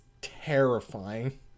terrifying